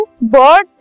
birds